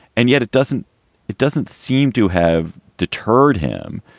and yet it doesn't it doesn't seem to have deterred him.